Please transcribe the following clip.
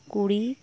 ᱠᱩᱲᱤ